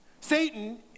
Satan